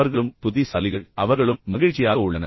அவர்களும் புத்திசாலிகள் அவர்களும் மகிழ்ச்சியாக உள்ளனர்